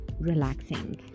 relaxing